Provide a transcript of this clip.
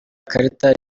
karita